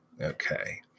okay